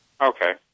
Okay